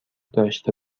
داشته